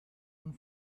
only